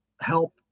help